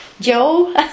Joe